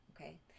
Okay